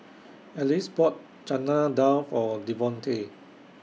Anice bought Chana Dal For Devonte